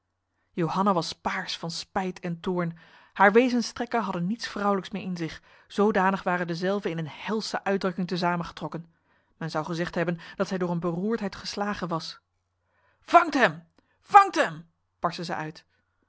johanna was paars van spijt en toorn haar wezenstrekken hadden niets vrouwelijks meer in zich zodanig waren dezelve in een helse uitdrukking te samen getrokken men zou gezegd hebben dat zij door een beroerdheid geslagen was vangt hem vangt hem barstte zij uit